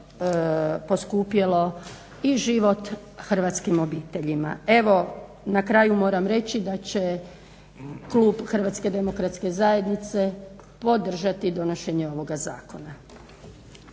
poskupjelo i život hrvatskim obiteljima. Evo, na kraju moram reći da će klub HDZ-a podržati donošenje ovoga zakona.